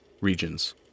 regions